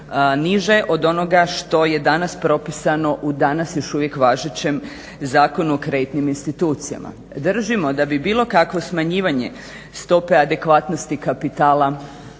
niže od onoga što je danas propisano u danas još uvijek važećem Zakonu o kreditnim institucijama. Držimo da bi bilo kakvo smanjivanje stope adekvatnosti kapitala